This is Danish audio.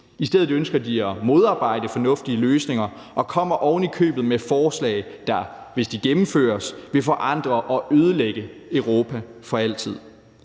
I stedet ønsker de at modarbejde fornuftige løsninger og kommer ovenikøbet med forslag, der, hvis de gennemføres, vil forandre og ødelægge Europa for altid.